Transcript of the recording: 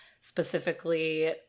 specifically